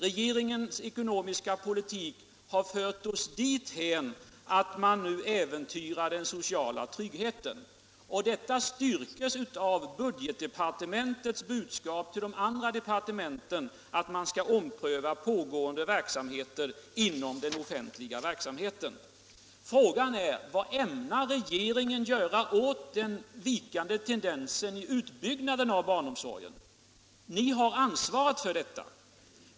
Regeringens ekonomiska politik har fört oss dithän att man nu äventyrar den sociala tryggheten. Detta styrks av budgetdepartementets budskap till de andra departementen att de skall ompröva pågående verksamheter inom den offentliga sektorn. Frågan är: Vad ämnar regeringen göra åt den vikande tendensen i utbyggnaden av barnomsorgen? Ni har ansvaret för detta.